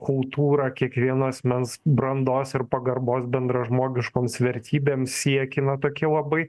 kultūrą kiekvieno asmens brandos ir pagarbos bendražmogiškoms vertybėms siekį na toki labai